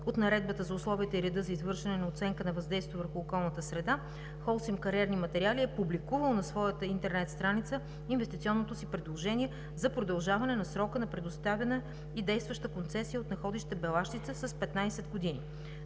от Наредбата за условията и реда за извършване на оценка на въздействие върху околната среда „Холсим Кариерни материали“ е публикувал на своята интернет страница инвестиционното си предложение за продължаване на срока на предоставяне и действаща концесия от находище Белащица с 15 години.